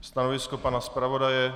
Stanovisko pana zpravodaje?